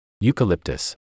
Eucalyptus